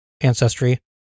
ancestry